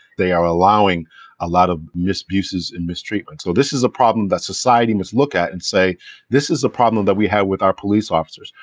they are allowing a lot of abuses and mistreatment, so this is a problem that society must look at and say this is a problem that we have with our police officers.